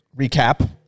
recap